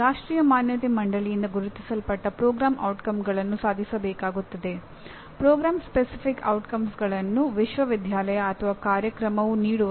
ರಾಷ್ಟ್ರೀಯ ಮಾನ್ಯತೆ ಮಂಡಳಿ ಮಾನದಂಡಗಳನ್ನು ವ್ಯಾಖ್ಯಾನಿಸುತ್ತದೆ ಮತ್ತು ಒಂದು ಪ್ರೋಗ್ರಾಂ ನಿರ್ದಿಷ್ಟಪಡಿಸಿದ ಮಾನದಂಡಗಳನ್ನು ಎಷ್ಟರಮಟ್ಟಿಗೆ ಪೂರೈಸುತ್ತಿದೆ ಎಂಬುದನ್ನು ನಿರ್ಣಯಿಸುತ್ತದೆ